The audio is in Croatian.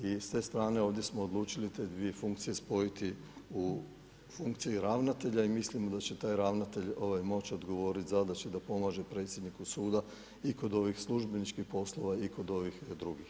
I s te strane ovdje smo odlučili te dvije funkcije spojiti u funkciju ravnatelja i mislimo da će taj ravnatelj moć odgovorit zadaće da pomaže predsjedniku suda i kod ovih službeničkih poslova i kod ovih drugih.